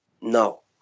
No